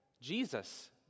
Jesus